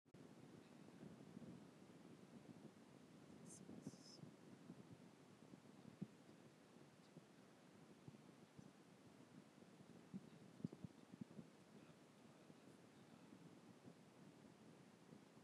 Iyi Audiyo irimo ubusa. Ntakintu kiri kuyivugwamo.